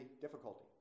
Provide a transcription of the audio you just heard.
difficulty